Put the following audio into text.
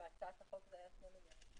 בהצעת החוק זה היה שני מיליארד.